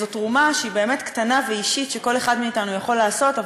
וזאת תרומה שהיא באמת קטנה ואישית שכל אחד מאתנו יכול לעשות,